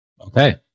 Okay